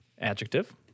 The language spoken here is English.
Adjective